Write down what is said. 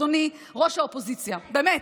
אדוני ראש האופוזיציה, באמת.